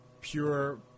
pure